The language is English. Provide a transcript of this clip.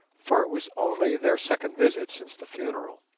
for it was only their second visit since the funeral.